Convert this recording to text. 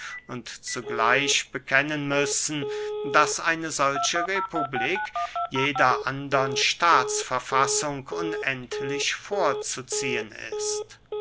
und zugleich bekennen müssen daß eine solche republik jeder andern staatsverfassung unendlich vorzuziehen ist